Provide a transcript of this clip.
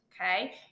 Okay